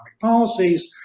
policies